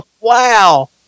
Wow